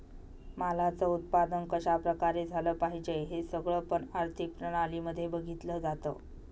मालाच उत्पादन कशा प्रकारे झालं पाहिजे हे सगळं पण आर्थिक प्रणाली मध्ये बघितलं जातं